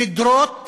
סדרות